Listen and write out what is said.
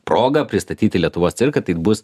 proga pristatyti lietuvos cirką tai bus